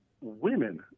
women